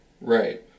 Right